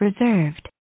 reserved